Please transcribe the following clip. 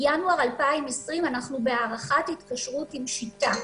מינואר 2020 אנחנו בהארכת התקשרות עם "שיטה".